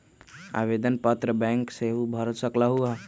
आवेदन पत्र बैंक सेहु भर सकलु ह?